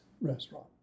restaurant